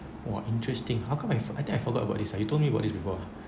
!whoa! interesting how come I f~ I think I forgot about this ah you told me about this before ah